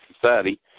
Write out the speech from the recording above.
society